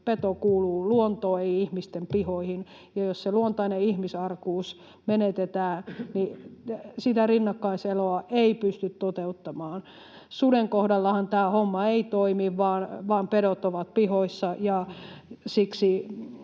peto kuuluu luontoon, ei ihmisten pihoihin, ja jos se luontainen ihmisarkuus menetetään, niin sitä rinnakkaiseloa ei pysty toteuttamaan. Suden kohdallahan tämä homma ei toimi, vaan pedot ovat pihoissa,